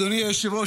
אדוני היושב-ראש,